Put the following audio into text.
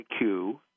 IQ